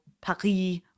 Paris